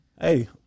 Hey